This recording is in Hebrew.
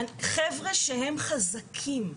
חבר'ה שהם חזקים.